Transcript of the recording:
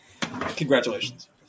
Congratulations